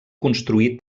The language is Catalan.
construir